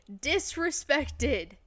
disrespected